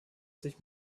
sich